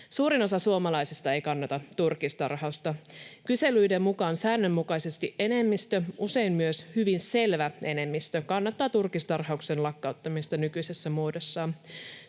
Suurin osa suomalaisista ei kannata turkistarhausta. Kyselyiden mukaan säännönmukaisesti enemmistö, usein myös hyvin selvä enemmistö kannattaa turkistarhauksen lakkauttamista nykyisessä muodossaan.